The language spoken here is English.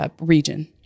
region